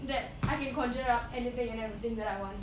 that I can conjure up anything and everything that I want